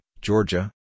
Georgia